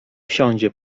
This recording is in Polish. wsiądzie